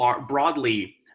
broadly